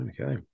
Okay